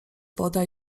woda